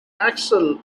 axel